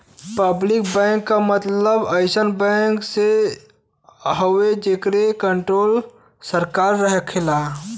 public bank क मतलब अइसन बैंक से हउवे जेकर कण्ट्रोल सरकार करेला